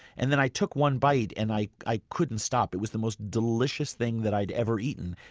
and then i took one bite and i i couldn't stop. it was the most delicious thing that i'd ever eaten.